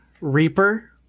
Reaper